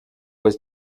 was